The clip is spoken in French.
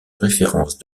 référence